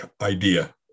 idea